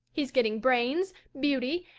he's getting brains, beauty,